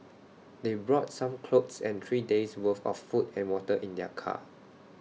they brought some clothes and three days' worth of food and water in their car